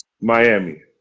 Miami